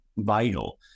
vital